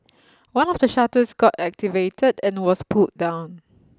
one of the shutters got activated and was pulled down